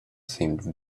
seemed